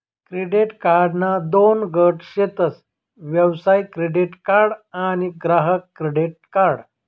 credit कार्डना दोन गट शेतस व्यवसाय क्रेडीट कार्ड आणि ग्राहक क्रेडीट कार्ड